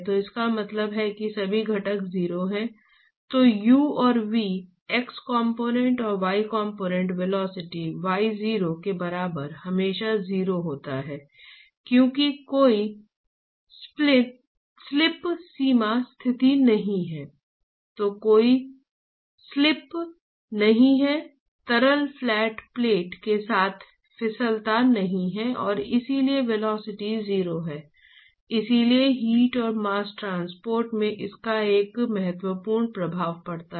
और इस कन्वेक्शन विषय के अधिकांश भाग के लिए हम जो देखने जा रहे हैं वह यह है कि इस औसत हीट ट्रांसपोर्ट गुणांक की गणना कैसे की जाती है